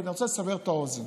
כי אני רוצה לסבר את האוזן.